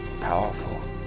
powerful